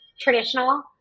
traditional